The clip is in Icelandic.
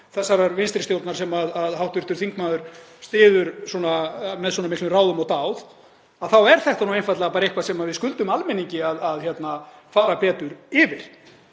þessarar vinstri stjórnar sem hv. þingmaður styður með svona miklum ráðum og dáð, þá er þetta einfaldlega eitthvað sem við skuldum almenningi að fara betur yfir.